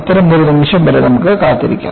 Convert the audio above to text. അത്തരമൊരു നിമിഷം വരെ നമുക്ക് കാത്തിരിക്കാം